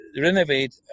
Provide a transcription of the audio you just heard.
Renovate